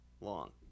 long